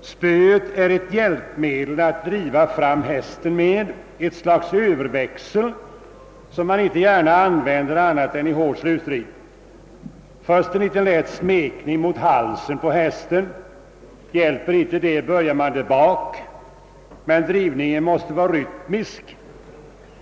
»Spöet är ett hjälpmedel att driva fram hästen med, ett slags överväxel som man inte gärna använder annat än i hård slutstrid ——— Först en liten lätt smekning mot halsen på hästen, hjälper inte det börjar man där bak, men drivningen måste vara rytmisk.